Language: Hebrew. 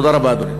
תודה רבה, אדוני.